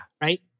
right